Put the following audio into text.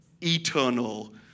eternal